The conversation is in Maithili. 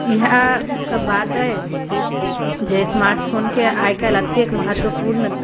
इएहे सभ बात अइ जे स्मार्ट फोनके आइ काल्हि एतेक महत्वपूर्ण